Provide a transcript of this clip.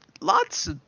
lots